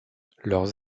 leurs